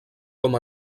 com